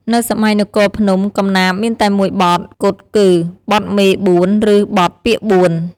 នៅសម័យនគរភ្នំ កំណាព្យមានតែមួយបទគត់គឺ បទមេបួន ឬ បទពាក្យបួន។